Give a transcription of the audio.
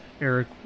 Eric